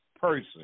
person